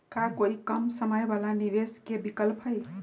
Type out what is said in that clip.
का कोई कम समय वाला निवेस के विकल्प हई?